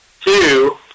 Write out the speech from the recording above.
Two